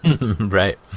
Right